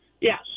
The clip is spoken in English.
Yes